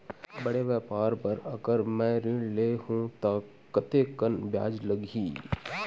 बड़े व्यापार बर अगर मैं ऋण ले हू त कतेकन ब्याज लगही?